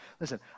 listen